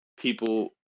people